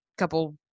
Couple